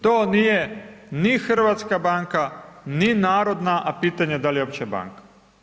To nije ni Hrvatska banka, ni narodna, a pitanje da li je uopće banka.